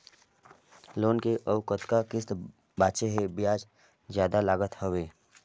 Loan के अउ कतका किस्त बांचें हे? ब्याज जादा लागत हवय,